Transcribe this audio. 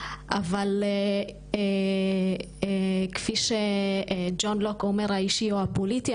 אבל כפי שג'ון לוק אומר האישי הוא הפוליטי,